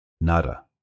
Nada